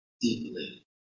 deeply